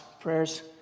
prayers